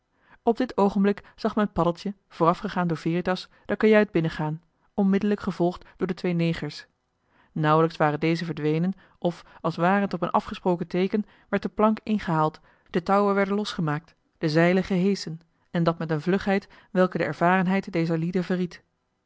op dit oogenblik zag men paddeltje voorafgegaan door veritas de kajuit binnengaan onmiddellijk gevolgd door de twee negers nauwelijks waren dezen verdwenen of als ware t op een afgesproken teeken werd de plank ingehaald de touwen werden losgemaakt de zeilen geheschen en dat met een vlugheid welke de ervarenheid dezer lieden verried